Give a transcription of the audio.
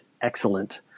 excellent